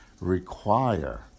require